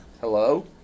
Hello